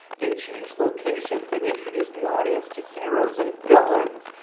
they changed locations and introduce the audience to heroes and villains.